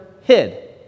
hid